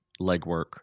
legwork